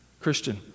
Christian